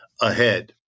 ahead